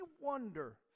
wonder